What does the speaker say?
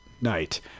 night